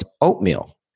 oatmeal